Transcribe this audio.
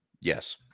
Yes